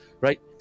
Right